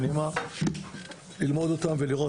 ללמוד ולראות